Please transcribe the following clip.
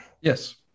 Yes